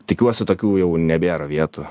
tikiuosi tokių jau nebėra vietų